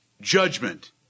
judgment